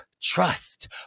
trust